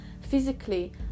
physically